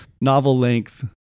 novel-length